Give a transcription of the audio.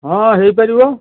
ହଁ ହେଇପାରିବ